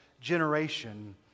generation